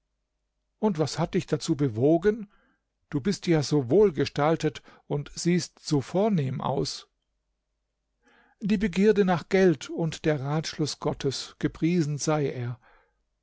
und was hat dich dazu bewogen du bist ja so wohlgestaltet und siehst so vornehm aus die begierde nach geld und der ratschluß gottes gepriesen sei er